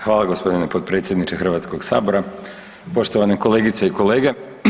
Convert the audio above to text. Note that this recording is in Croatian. Hvala gospodine potpredsjedniče Hrvatskog sabora, poštovane kolegice i kolege.